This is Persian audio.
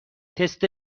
تست